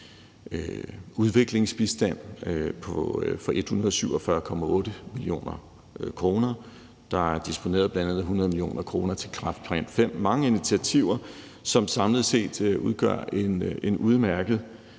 udviklingsbistand for 147,8 mio. kr., og at der er disponeret 100 mio. kr. til kræftplan V, altså mange initiativer, som samlet set udgør en udmærket